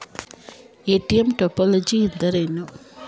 ATM topology ಎಂದರೇನು?